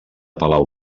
palau